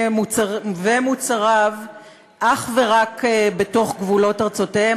ומוצריו אך ורק בתוך גבולות ארצותיהן.